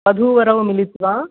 वधूवरौ मिलित्वा